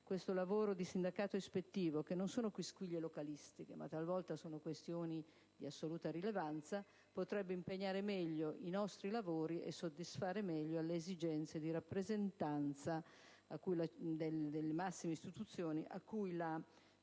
questo lavoro di sindacato ispettivo, che non affronta quisquilie localistiche ma talvolta questioni di assoluta rilevanza, potrebbe impegnare meglio i nostri lavori e soddisfare meglio le esigenze di rappresentanza delle massime istituzioni a cui la